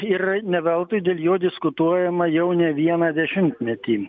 ir ne veltui dėl jo diskutuojama jau ne vieną dešimtmetį